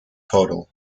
total